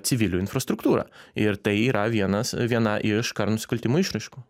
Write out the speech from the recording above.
civilių infrastruktūra ir tai yra vienas viena iš karo nusikaltimų išraiškų